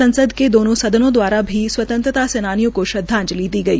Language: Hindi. संसद के दोनों सदनों द्वारा भी स्वतंत्रता सैनानियों को श्रदवाजंति दी गई